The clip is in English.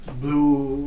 Blue